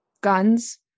guns